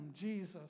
Jesus